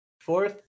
fourth